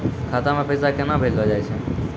खाता से पैसा केना भेजलो जाय छै?